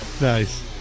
Nice